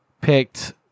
picked